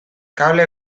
kable